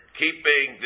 keeping